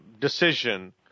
decision